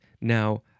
now